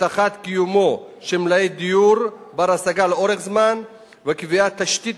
הבטחת קיומו של מלאי דיור בר-השגה לאורך זמן וקביעת תשתית